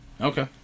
Okay